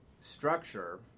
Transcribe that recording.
structure